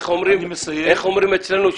איך אומרים אצלנו?